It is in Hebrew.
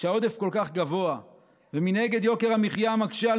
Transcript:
כשהעודף כל כך גבוה ומנגד יוקר המחיה מקשה על